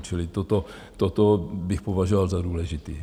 Čili toto bych považoval za důležité.